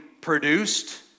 produced